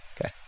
Okay